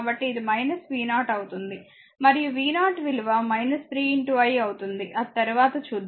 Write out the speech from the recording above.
కాబట్టి ఇది v0 అవుతుంది మరియు v0 విలువ 3 i అవుతుంది అది తరువాత చూద్దాం